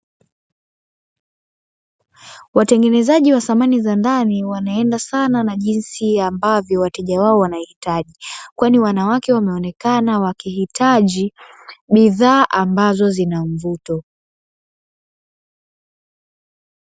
Watengenezaji wa samani za ndani wanaenda sana na jinsi ambavyo wateja wao, wanahitaji kwani wanawake wameonekana wakihitaji baidhaa ambazo zinamvuto.